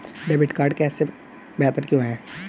Debit card cash से बेहतर क्यों है?